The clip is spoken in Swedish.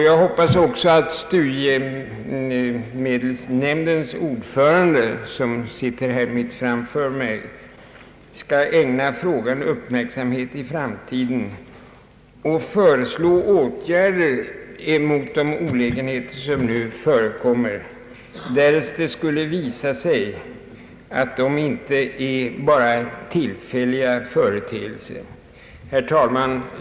Jag hoppas också att studiehjälpsnämndens ordförande, som sitter här mitt framför mig, skall ägna frågan intresse i framtiden och föreslå åtgärder mot de missförhållanden som nu råder, därest det skulle visa sig att de inte är bara tillfälliga företeelser. Herr talman!